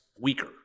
weaker